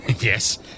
Yes